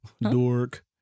dork